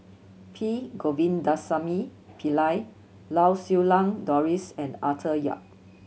P Govindasamy Pillai Lau Siew Lang Doris and Arthur Yap